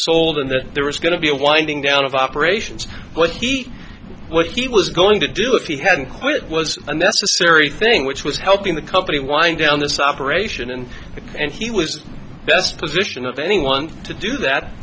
sold and that there was going to be a winding down of operations which he was going to do if he hadn't quit was a necessary thing which was helping the company wind down this operation and and he was the best position of anyone to do that